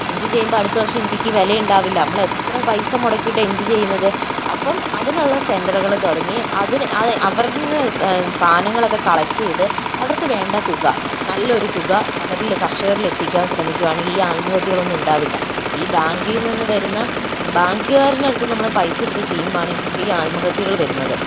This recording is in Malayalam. ഇഞ്ചി ചെയ്യുമ്പോൾ അടുത്ത വർഷം ഇഞ്ചിക്ക് വിലയുണ്ടാവില്ല നമ്മൾ എത്ര പൈസ മുടക്കിയിട്ടാ ഇഞ്ചി ചെയ്യുന്നത് അപ്പോൾ അതിനുള്ള സെൻറ്ററുകൾ തുടങ്ങി അതിനെ അവരിൽനിന്നും സാധനങ്ങളൊക്കെ കളക്ട് ചെയ്ത് അവർക്ക് വേണ്ട തുക നല്ലൊരു തുക അവരില് കർഷകരില് എത്തിക്കാൻ ശ്രമിക്കുകയാണെങ്കിൽ ഈ ആത്മഹത്യകളൊന്നും ഉണ്ടാവില്ല ഈ ബാങ്കിൽ നിന്ന് വരുന്ന ബാങ്കുകാരുടെ അടുത്തു നിന്ന് നമ്മൾ പൈസ എടുത്തു ചെയ്യുമ്പോൾ ആണ് ഇത്രയും ആത്മഹത്യകൾ വരുന്നത്